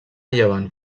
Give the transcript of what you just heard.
llevant